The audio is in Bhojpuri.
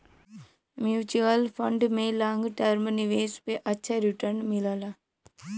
म्यूच्यूअल फण्ड में लॉन्ग टर्म निवेश पे अच्छा रीटर्न मिलला